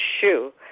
shoe